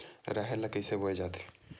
राहेर ल कइसे बोय जाथे?